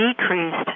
decreased